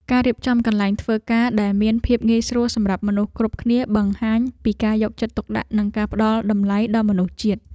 ការរៀបចំកន្លែងធ្វើការដែលមានភាពងាយស្រួលសម្រាប់មនុស្សគ្រប់គ្នាបង្ហាញពីការយកចិត្តទុកដាក់និងការផ្តល់តម្លៃដល់មនុស្សជាតិ។